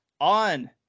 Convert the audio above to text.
on